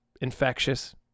infectious